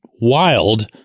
wild